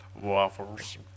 Waffles